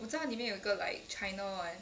我知道里面有个 like china [one]